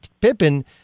Pippen